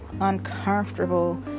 uncomfortable